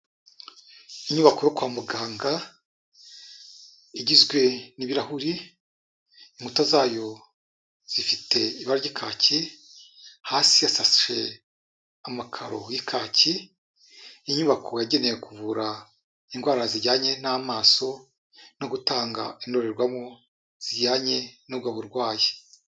Inyubako yo kwa muganga igizwe n'ibirahuri. Inkuta zayo zifite ibara ry'ikaki. Hasi hasashe amakaro y'ikaki. Inyubako yagenewe kuvura indwara zijyanye n'amaso no gutanga indorerwamo zijyanye nubwo burwayi.